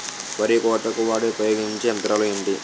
వరి కోతకు వాడే ఉపయోగించే యంత్రాలు ఏంటి?